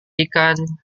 ikan